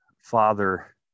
father